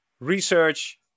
research